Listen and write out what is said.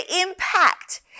impact